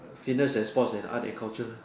fitness and sports and other culture